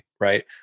Right